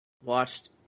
Watched